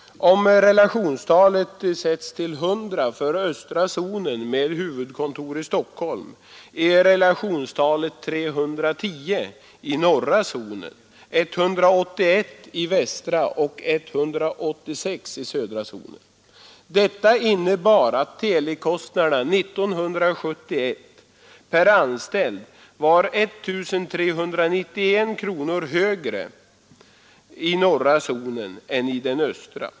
Om relationstalet sätts till 100 för östra zonen med huvudkontor i Stockholm är relationstalet 310 i norra, 181 i västra och 186 i södra zonen. Detta innebar att telekostnaderna 1971 per anställd var 1391 kronor högre i norra zonen än i den östra.